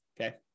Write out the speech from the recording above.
Okay